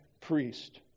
priest